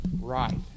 right